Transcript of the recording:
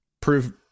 Prove